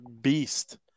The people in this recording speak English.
beast